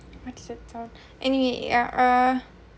uncertain anyway yeah uh